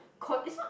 call it's not